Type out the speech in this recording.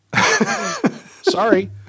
Sorry